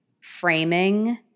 framing